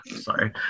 sorry